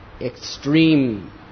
extreme